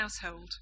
household